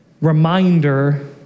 reminder